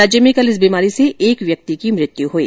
राज्य में कल इस बीमारी से एक व्यक्ति की मृत्यु हुई